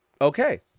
okay